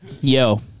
Yo